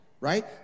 Right